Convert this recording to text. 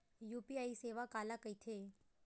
UPI सेवा काला कइथे?